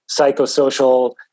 psychosocial